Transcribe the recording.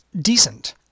decent